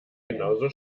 genauso